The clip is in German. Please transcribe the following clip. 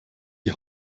die